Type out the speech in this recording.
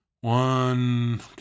one